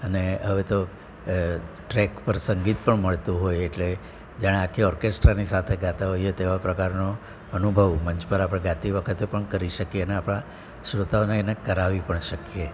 અને હવે તો ટ્રેક પર સંગીત પણ મળતું હોય એટલે જાણે આખી ઓર્કેસ્ટ્રાની સાથે ગાતા હોઈએ તેવા પ્રકારનો અનુભવ મંચ પર આપણે ગાતી વખત પણ કરી શકીએ અને આપણા શ્રોતાઓ એને કરાવી પણ શકીએ